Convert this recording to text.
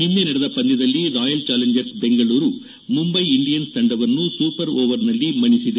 ನಿನ್ನೆ ನಡೆದ ಪಂದ್ಯದಲ್ಲಿ Royal Challengers Bengaluru Mumbai Indians ತಂಡವನ್ನು ಸೂಪರ್ ಓವರ್ನಲ್ಲಿ ಮಣಿಸಿದೆ